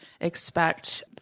expect